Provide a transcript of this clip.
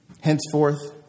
Henceforth